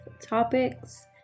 topics